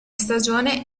stagione